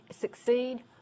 succeed